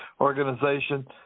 Organization